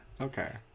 Okay